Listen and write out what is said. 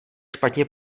špatně